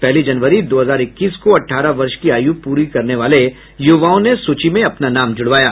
पहली जनवरी दो हजार इक्कीस को अठारह वर्ष की आयु पूरा करने वाले युवाओं ने सूची में अपना नाम जुड़वाया